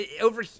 over